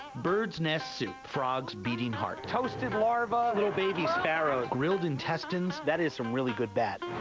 bird's nest soup, frog's beating heart, toasted larva, little baby sparrows, grilled intestines. that is some really good bat.